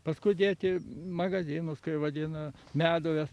paskui dėti magazinus kai vadina meduves